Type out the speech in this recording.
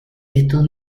estos